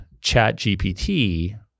ChatGPT